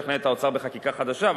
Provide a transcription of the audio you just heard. לשכנע את האוצר בחקיקה חדשה,